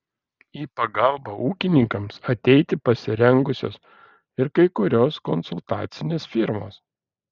į pagalbą ūkininkams ateiti pasirengusios ir kai kurios konsultacinės firmos